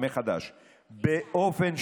לכן הפטנט הזה של מכסות,